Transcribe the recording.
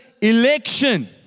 election